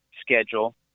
schedule